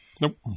Nope